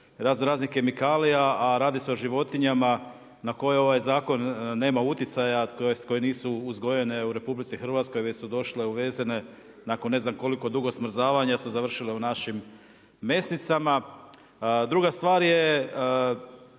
raznoraznih kemikalija, a radi se o životinjama na koje ovaj zakon nema utjecaja a koje nisu uzgojene u RH već su došle uvezene nakon ne znam koliko dugo smrzavanja su završile u našim mesnicama. Druga stvar je